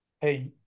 Hey